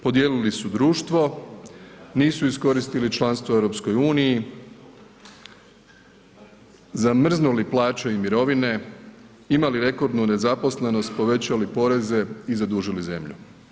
Podijelili su društvo, nisu iskoristili članstvo u EU-u, zamrznuli plaće i mirovine, imali rekordnu nezaposlenost, povećali poreze i zadužili zemlju.